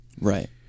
Right